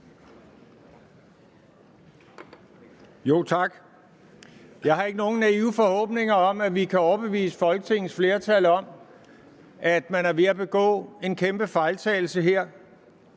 Tak. Jeg har ikke nogen naive forhåbninger om, at vi kan overbevise folketingsflertallet om, at man er ved at begå en kæmpe fejltagelse her,